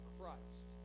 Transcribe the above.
Christ